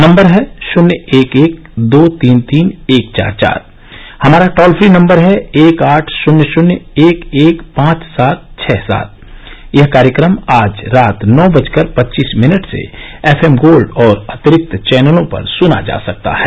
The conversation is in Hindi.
नम्बर है शन्य एक एक दो तीन तीन एक चार चार हमारा टोल फ्री नम्बर है एक आठ शन्य शन्य एक एक पांच सात छ सात यह कार्यक्रम आज रात नौ बजकर पच्चीस मिनट स ेएफएम गोल्ड और अतिरिक्त चैनलों पर सुना जा सकता है